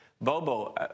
Bobo